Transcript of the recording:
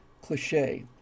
cliche